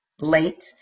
late